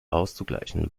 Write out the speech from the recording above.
auszugleichen